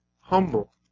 Humble